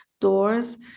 doors